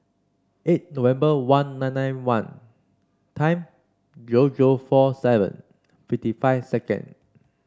eight November one nine nine one time zero zero four seven fifty five second